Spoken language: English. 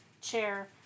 chair